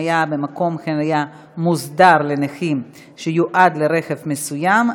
(חניה במקום חניה מוסדר לנכים שיועד לרכב מסוים),